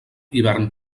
hivern